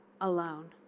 alone